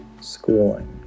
schooling